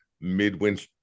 midwinter